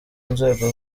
nzego